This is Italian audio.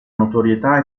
notorietà